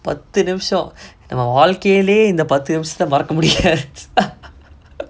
பத்து நிமிஷோ நம்ம வாழ்கைலயே இந்த பத்து நிமிஷத்த மறக்க முடியாது:paththu nimisho namma vaalkailayae intha paththu nimishatha marakka mudiyaathu